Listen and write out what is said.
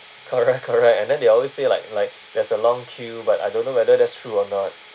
correct correct and then they always say like like there's a long queue but I don't know whether that's true or not